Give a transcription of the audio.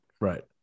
right